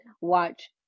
watch